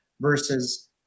versus